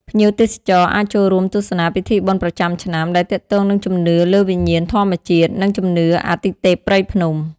ភ្ញៀវទេសចរអាចចូលរួមទស្សនាពិធីបុណ្យប្រចាំឆ្នាំដែលទាក់ទងនឹងជំនឿលើវិញ្ញាណធម្មជាតិ និង ជំនឿ អាទិទេពព្រៃភ្នំ។